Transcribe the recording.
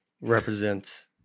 represents